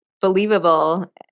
believable